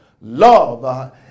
Love